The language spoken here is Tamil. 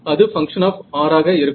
அது பங்க்ஷன் ஆப் r ஆக இருக்கும்